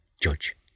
judge